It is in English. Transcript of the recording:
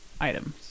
items